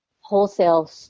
wholesale